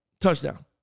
touchdown